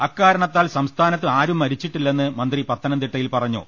അക്കാരണത്താൽ സംസ്ഥാനത്ത് ആരും മരിച്ചിട്ടില്ലെന്ന് മന്ത്രി പത്തനംതിട്ടയിൽ പറഞ്ഞു